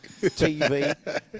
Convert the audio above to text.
TV